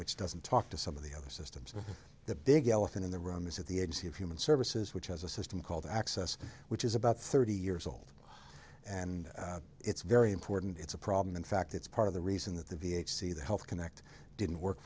which doesn't talk to some of the other systems the big elephant in the room is that the agency of human services which has a system called access which is about thirty years old and it's very important it's a problem in fact it's part of the reason that the v eight c the health connect didn't work